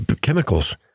chemicals